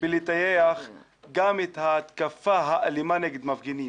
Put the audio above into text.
בלטייח גם את ההתקפה האלימה נגד מפגינים.